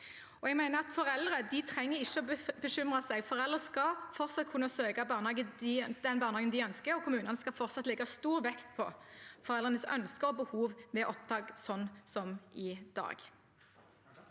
Foreldre trenger ikke å bekymre seg. Foreldre skal fortsatt kunne søke den barnehagen de ønsker, og kommunene skal fortsatt legge stor vekt på foreldrenes ønske og behov ved opptak, sånn som i dag.